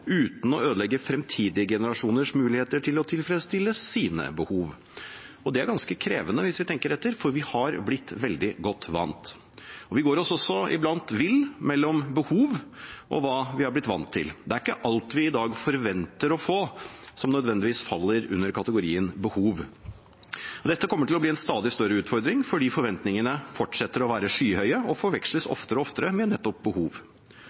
uten å ødelegge fremtidige generasjoners muligheter til å tilfredsstille sine behov.» Det er ganske krevende hvis vi tenker etter, for vi har blitt veldig godt vant. Vi går oss iblant vill mellom behov og hva vi er blitt vant til. Det er ikke alt vi i dag forventer å få, som nødvendigvis faller i kategorien «behov». Dette kommer til å bli en stadig større utfordring, fordi forventningene fortsetter å være skyhøye og forveksles oftere og oftere med nettopp behov.